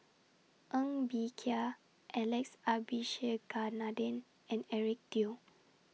Ng Bee Kia Alex Abisheganaden and Eric Teo